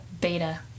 Beta